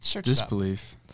Disbelief